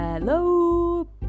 Hello